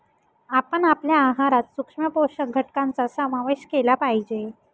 आपण आपल्या आहारात सूक्ष्म पोषक घटकांचा समावेश केला पाहिजे